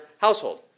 household